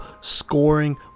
scoring